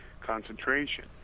concentration